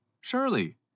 Surely